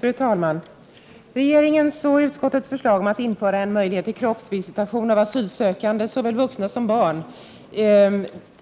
Fru talman! Regeringens och utskottets förslag om att införa en möjlighet till kroppsvisitation av asylsökande, såväl vuxna som barn,